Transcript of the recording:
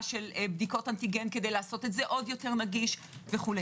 של בדיקות אנטיגן כדי לעשות את זה עוד יותר נגיש וכו'.